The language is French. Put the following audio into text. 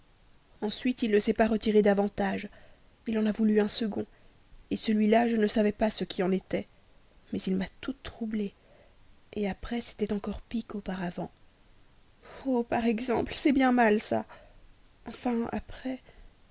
ensuite il ne s'est pas retiré davantage il en a voulu un second celui-là je ne savais pas ce qui en était mais il m'a toute troublée après c'était encore pis qu'auparavant oh par exemple c'est bien mal ça enfin après